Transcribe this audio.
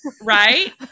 Right